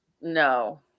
No